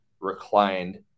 reclined